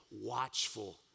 watchful